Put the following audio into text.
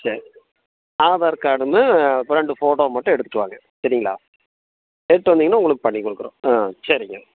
சேரி ஆதார் கார்டு ஒன்று அப்புறம் ரெண்டு ஃபோட்டோவை மட்டும் எடுத்துகிட்டு வாங்க சரிங்களா எடுத்துகிட்டு வந்தீங்கன்னால் உங்களுக்கு பண்ணி கொடுக்கறோம் ஆ சரிங்க